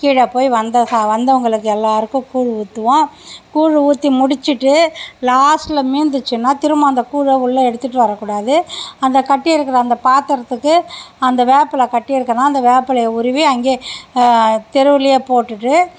கீழே போய் வந்த சா வந்தவங்களுக்கு எல்லோருக்கும் கூழ் ஊற்றுவோம் கூழ் ஊற்றி முடித்துட்டு லாஸ்ட்டில் மீந்துச்சின்னால் திரும்ப அந்த கூழை உள்ளே எடுத்துட்டு வரக்கூடாது அந்த கட்டியிருக்கிற அந்த பாத்திரத்துக்கு அந்த வேப்பிலை கட்டிருக்கிறோன்னா அந்த வேப்பிலைய உருவி அங்கேயே தெருவுலேயே போட்டுவிட்டு